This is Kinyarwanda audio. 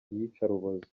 iyicarubozo